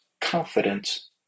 confidence